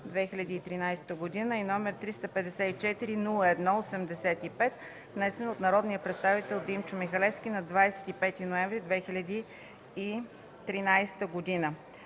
2013 г., и № 354-01-85, внесен от народния представител Димчо Михалевски на 25 ноември 2013 г.